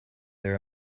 there